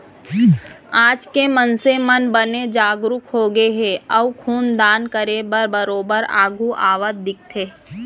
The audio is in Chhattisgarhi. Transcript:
आज के मनसे मन बने जागरूक होगे हे अउ खून दान करे बर बरोबर आघू आवत दिखथे